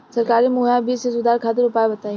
सरकारी मुहैया बीज में सुधार खातिर उपाय बताई?